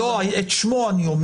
את שמו.